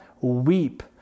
weep